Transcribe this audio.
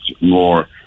more